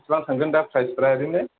बेसेबां थांगोन दा प्राइस ओरैनो